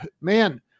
man